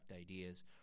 ideas